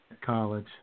college